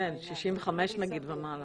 כן, 65 נגיד ומעלה.